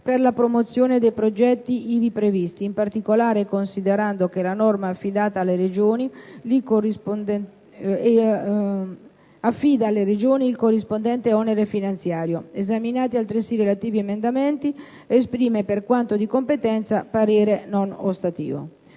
per la promozione dei progetti ivi previsti, in particolare considerando che la norma affida alle Regioni il corrispondente onere finanziario. Esaminati altresì i relativi emendamenti, esprime, per quanto di competenza, parere non ostativo».